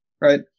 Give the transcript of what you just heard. Right